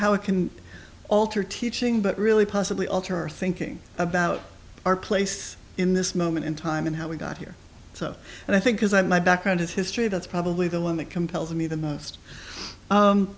how it can alter teaching but really possibly alter our thinking about our place in this moment in time and how we got here so i think is i my background is history that's probably the one that compels me the most